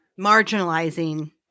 marginalizing